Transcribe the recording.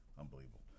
Unbelievable